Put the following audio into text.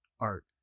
art